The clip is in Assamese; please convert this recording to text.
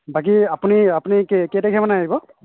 বাকী আপুনি আপুনি কেই কেই তাৰিখে মানে আহিব